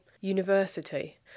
university